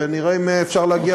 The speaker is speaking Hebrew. ונראה אם אפשר להגיע,